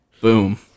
boom